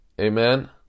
Amen